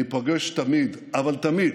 אני פוגש תמיד, אבל תמיד,